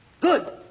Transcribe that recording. Good